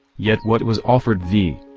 yet what was offered thee?